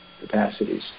capacities